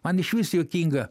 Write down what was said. man išvis juokinga